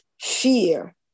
fear